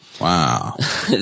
Wow